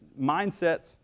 mindsets